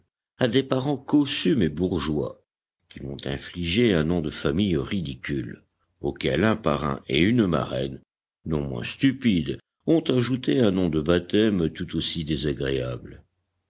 à des parents cossus mais bourgeois qui m'ont infligé un nom de famille ridicule auquel un parrain et une marraine non moins stupides ont ajouté un nom de baptême tout aussi désagréable